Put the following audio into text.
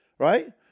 right